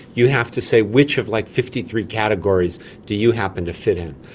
you have to say which of like fifty three categories do you happen to fit in.